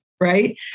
right